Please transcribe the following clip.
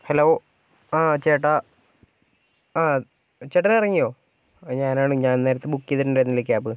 hello ആ ചേട്ടാ ആ ചേട്ടനിറങ്ങിയോ ഞാനാണ് ഞാൻ നേരത്തേ ബുക്ക് ചെയ്തിട്ടുണ്ടായിരുന്നില്ലേ ക്യാബ്